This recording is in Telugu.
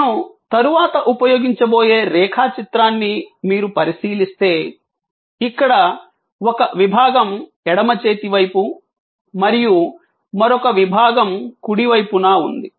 నేను తరువాత ఉపయోగించబోయే రేఖాచిత్రాన్ని మీరు పరిశీలిస్తే ఇక్కడ ఒక విభాగం ఎడమ చేతి వైపు మరియు మరొక విభాగం కుడి వైపున ఉంది